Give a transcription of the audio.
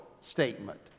statement